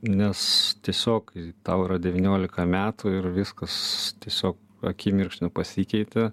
nes tiesiog kai tau yra devyniolika metų ir viskas tiesiog akimirksniu pasikeitė